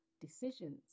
decisions